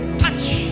touch